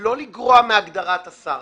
שלא לגרוע מהגדרת השר.